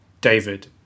David